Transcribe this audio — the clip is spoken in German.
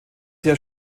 sehr